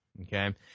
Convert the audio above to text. Okay